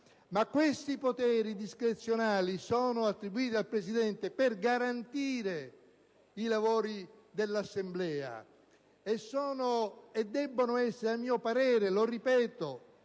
Ma questi poteri discrezionali sono attribuiti al Presidente per garantire i lavori dell'Assemblea e debbono essere a mio parere (e ripeto